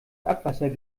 abwasser